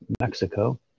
Mexico